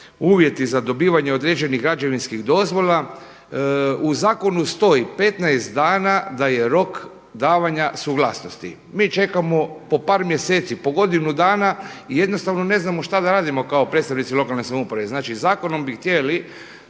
uvjeti za dobivanje određenih građevinskih dozvola u zakonu stoji 15 dana da je rok davanja suglasnosti. Mi čekamo po par mjeseci, po godinu dana i jednostavno ne znamo šta da radimo kao predstavnici lokalne samouprave, znači zakonom bi htjeli